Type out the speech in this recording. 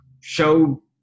show